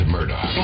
Murdoch